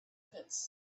pits